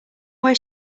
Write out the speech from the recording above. where